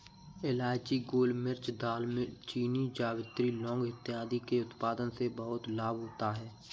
इलायची, गोलमिर्च, दालचीनी, जावित्री, लौंग इत्यादि के उत्पादन से बहुत लाभ होता है